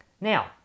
now